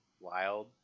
Wild